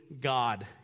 God